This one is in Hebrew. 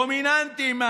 דומיננטיים,